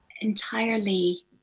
entirely